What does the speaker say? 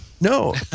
No